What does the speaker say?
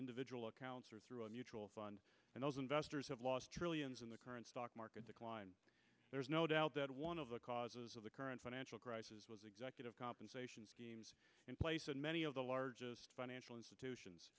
individual accounts or through a mutual fund and as investors have lost trillions in the current stock market decline there is no doubt that one of the causes of the current financial crisis was executive compensation in place and many of the largest financial institutions